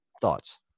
Thoughts